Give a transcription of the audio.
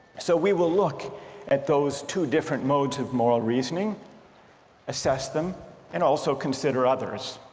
so we will look at those two different modes of moral reasoning assess them and also consider others.